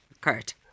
Kurt